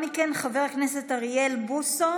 חבר הכנסת יצחק פינדרוס,